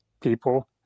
people